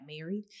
married